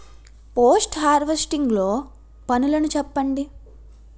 Post harvesting లో పనులను చెప్పండి?